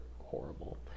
horrible